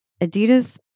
Adidas